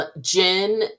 Jen